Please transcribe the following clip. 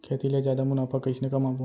खेती ले जादा मुनाफा कइसने कमाबो?